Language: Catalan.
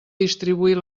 distribuir